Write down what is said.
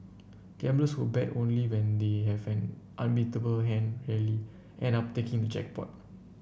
gamblers who bet only when they have an unbeatable hand rarely end up taking the jackpot